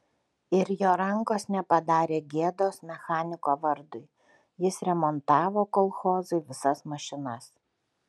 ir jo rankos nepadarė gėdos mechaniko vardui jis remontavo kolchozui visas mašinas